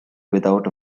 without